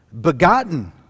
begotten